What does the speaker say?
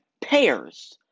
pairs